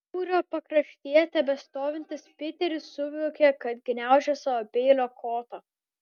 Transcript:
būrio pakraštyje tebestovintis piteris suvokė kad gniaužia savo peilio kotą